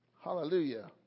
Hallelujah